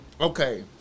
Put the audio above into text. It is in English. Okay